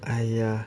!aiya!